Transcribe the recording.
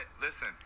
listen